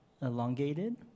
elongated